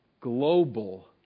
global